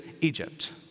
Egypt